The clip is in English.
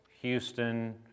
Houston